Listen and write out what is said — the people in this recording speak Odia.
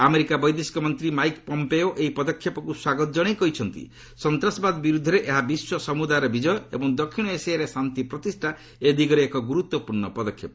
ଆମେରିକା ବୈଦେଶିକ ମନ୍ତ୍ରୀ ମାଇକ୍ ପମ୍ପେଓ ଏହି ପଦକ୍ଷେପକୁ ସ୍ୱାଗତ ଜଣାଇ କହିଛନ୍ତି ସନ୍ତାସବାଦ ବିରୁଦ୍ଧରେ ଏହା ବିଶ୍ୱ ସମୁଦାୟର ବିଜୟ ଏବଂ ଦକ୍ଷିଣ ଏସିଆରେ ଶାନ୍ତି ପ୍ରତିଷ୍ଠା ଦିଗରେ ଏକ ଗୁରୁତ୍ୱପୂର୍ଣ୍ଣ ପଦକ୍ଷେପ